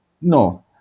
No